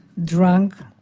drunk,